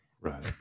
Right